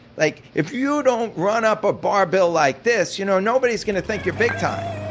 like if you don't run up a bar bill like this, you know nobody's going to think you're big time.